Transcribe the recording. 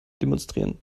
demonstrieren